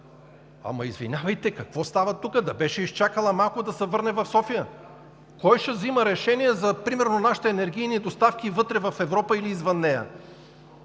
Извинявайте, какво става тук? Да беше изчакала малко, да се върне в София. Кой ще взима решения например за нашите енергийни доставки вътре в Европа или извън нея?